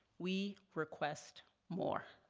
we request more,